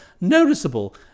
noticeable